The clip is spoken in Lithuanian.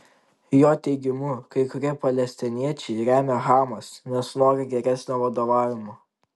jo teigimu kai kurie palestiniečiai remia hamas nes nori geresnio vadovavimo